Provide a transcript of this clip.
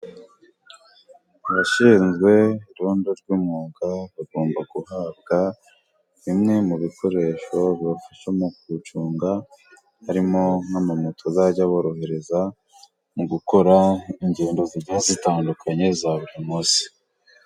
Abashinzwe irondo ry'umwuga bagomba guhabwa bimwe mu bikoresho bibafasha mu gucunga, harimo n'amamoto azajya aborohereza, mu gukora ingendo ziba zitandukanye za buri munsi.